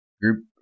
group